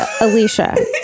Alicia